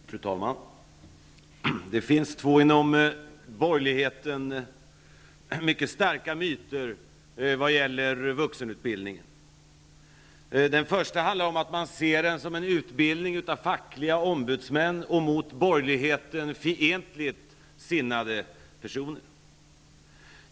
Fru talman! Det finns två inom borgerligheten mycket starka myter vad gäller vuxenutbildningen. Den första går ut på att man ser vuxenutbildningen som en utbildning av fackliga ombudsmän och mot borgerligheten fientligt sinnade personer.